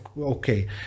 okay